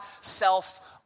self